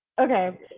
okay